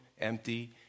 empty